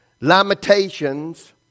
Lamentations